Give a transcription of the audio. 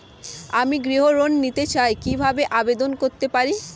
আমি গৃহ ঋণ নিতে চাই কিভাবে আবেদন করতে পারি?